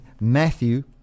matthew